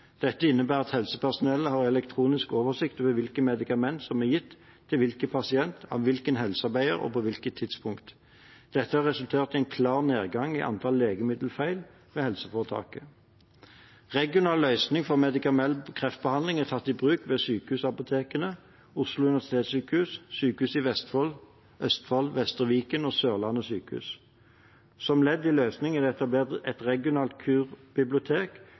Dette innebærer at helsepersonellet har elektronisk oversikt over hvilket medikament som er gitt til hvilken pasient, av hvilken helsearbeider og på hvilket tidspunkt. Dette har resultert i en klar nedgang i antall legemiddelfeil ved helseforetaket. Regional løsning for medikamentell kreftbehandling er tatt i bruk ved Sykehusapotekene, Oslo universitetssykehus, Sykehuset i Vestfold, Sykehuset Østfold, Vestre Viken og Sørlandet sykehus. Som ledd i løsningen er det etablert et regionalt kurbibliotek